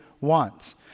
wants